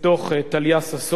לא נשב עליו שבעה.